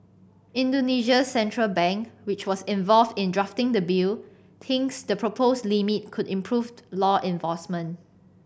Indonesia's central bank which was involved in drafting the bill thinks the proposed limit could improved law enforcement